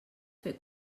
fer